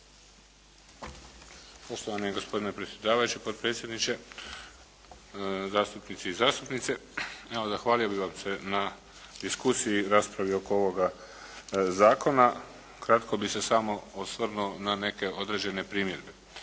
bi vam se na diskusiji i raspravi oko ovoga zakona. Kratko bi se samo osvrnuo na neke određene primjedbe.